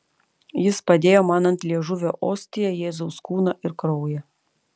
jis padėjo man ant liežuvio ostiją jėzaus kūną ir kraują